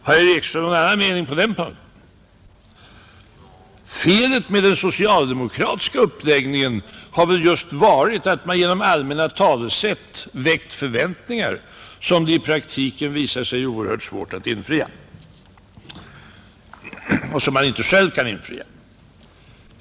Har herr Ekström någon annan mening på den punkten? Felet med den socialdemokratiska uppläggningen har väl just varit att man genom allmänna talesätt väckt förväntningar som i praktiken visat sig oerhört svåra att infria — och som man inte själv kan infria.